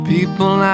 People